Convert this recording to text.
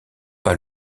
pas